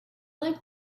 like